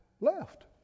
Left